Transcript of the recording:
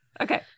okay